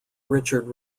richard